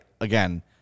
again